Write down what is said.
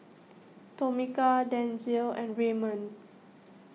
Tomika Denzil and Raymond